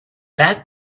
that